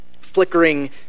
Flickering